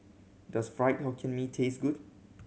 does Fried Hokkien Mee taste good